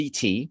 CT